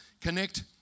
connect